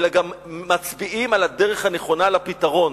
אלא גם מצביעים על הדרך הנכונה לפתרון,